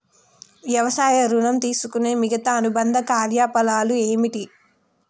వ్యవసాయ ఋణం తీసుకునే మిగితా అనుబంధ కార్యకలాపాలు ఏమిటి?